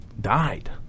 died